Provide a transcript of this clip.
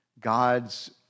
God's